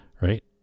right